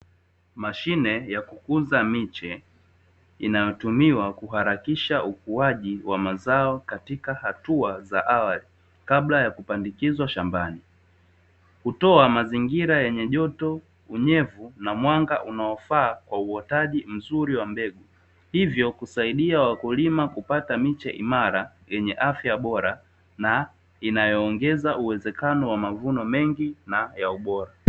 Mashine ya kukuza miche inayotumiwa kuharakisha ukuaji wa mazao katika hatua za awali kabla ya kupandikizwa shambani, kutoa mazingira yenye joto unyevu na mwanga unaofaa kwa uotaji mzuri wa mbegu, hivyo kusaidia wakulima kupata miche imara yenye afya bora na inayoongeza uwezekano wa mavuno mengi na ya ubora.